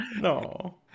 No